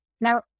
Now